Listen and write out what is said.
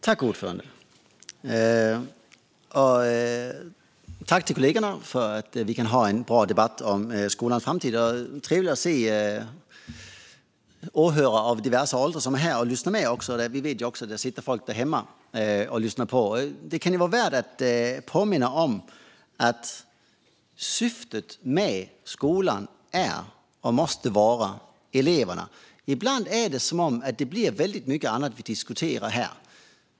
Fru talman! Tack till kollegorna för att vi kan ha en bra debatt om skolans framtid! Det är trevligt att se åhörare i diverse åldrar som är här och lyssnar, och vi vet att det också sitter folk där hemma och lyssnar. Det kan vara värt att påminna om att syftet med skolan är, och måste vara, eleverna. Ibland är det som att det blir väldigt mycket annat vi diskuterar här.